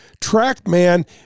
trackman